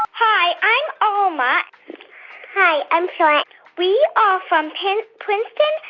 ah hi. i'm alma hi. i'm sarah we are from princeton,